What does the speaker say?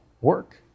work